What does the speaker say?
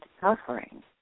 suffering